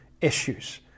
issues